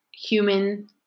human